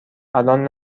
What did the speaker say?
الان